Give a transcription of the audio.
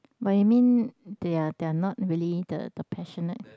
but you mean they are they are not really the the passionate